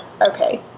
okay